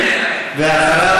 ואחריו,